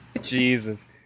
Jesus